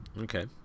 Okay